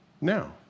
now